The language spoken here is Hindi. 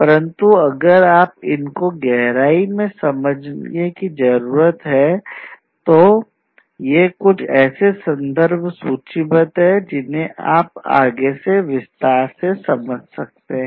परंतु अगर आपको इनकी गहराई से समझ की जरूरत है तो ये कुछ ऐसे संदर्भ सूचीबद्ध हैं जिनसे आप आगे विस्तार से समझ सकते हैं